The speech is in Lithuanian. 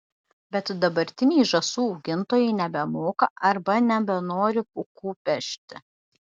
bet dabartiniai žąsų augintojai nebemoka arba nebenori pūkų pešti